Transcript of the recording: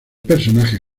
personajes